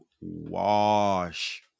wash